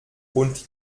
und